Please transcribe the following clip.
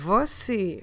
Você